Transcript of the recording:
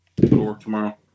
tomorrow